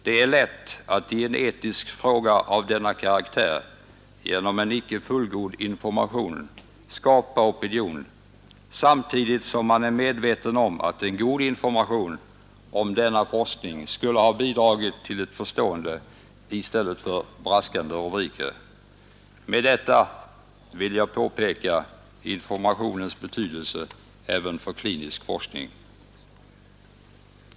Det är lätt att i en etisk fråga av denna karaktär genom en icke fullgod information skapa opinion, samtidigt som man är medveten om att en god information om denna forskning skulle ha bidragit till förståelse i stället för braskande rubriker. Med detta vill jag påpeka informationens betydelse även för klinisk forskning.